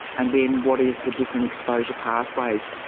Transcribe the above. and then what is the different exposure pathways.